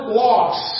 loss